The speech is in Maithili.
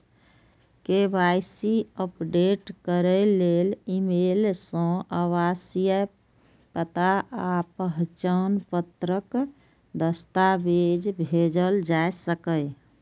के.वाई.सी अपडेट करै लेल ईमेल सं आवासीय पता आ पहचान पत्रक दस्तावेज भेजल जा सकैए